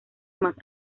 más